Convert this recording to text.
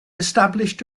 established